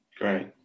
Great